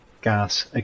gas